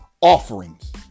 offerings